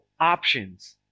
options